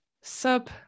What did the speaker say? sub